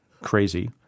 crazy